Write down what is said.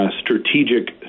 strategic